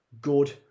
good